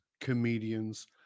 comedians